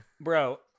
Bro